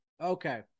okay